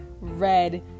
red